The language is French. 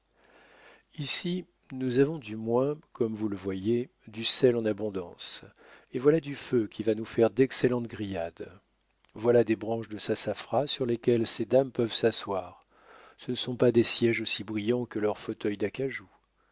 ici nous avons du moins comme vous le voyez du sel en abondance et voilà du feu qui va nous faire d'excellentes grillades voilà des branches de sassafras sur lesquelles ces dames peuvent s'asseoir ce ne sont pas des sièges aussi brillants que leurs fauteuils d'acajou